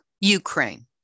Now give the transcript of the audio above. Ukraine